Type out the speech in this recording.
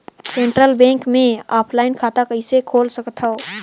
Central Bank मे offline खाता कइसे खोल सकथव?